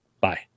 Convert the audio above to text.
bye